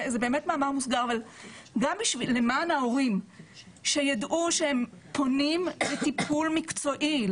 זה באמת מאמר מוסגר אבל גם למען ההורים שידעו שהם פונים לטיפול מקצועי,